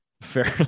fairly